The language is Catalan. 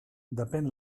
depén